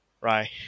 right